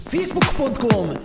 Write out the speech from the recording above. Facebook.com